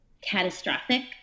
catastrophic